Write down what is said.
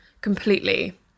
completely